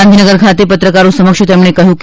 ગાંધીનગર ખાતે પત્રકારો સમક્ષ તેમણે કહ્યું હતું